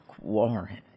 Warren